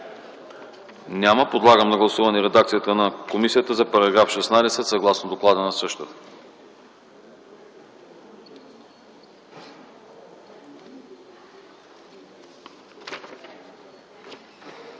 Няма. Подлагам на гласуване редакцията на комисията за § 52, съгласно доклада. Гласували